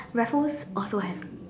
Raffles also have